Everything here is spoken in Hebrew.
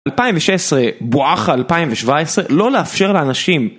2016 בואך 2017 לא לאפשר לאנשים